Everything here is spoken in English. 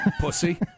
Pussy